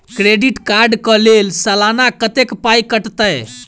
Credit card कऽ लेल सलाना कत्तेक पाई कटतै?